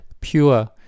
pure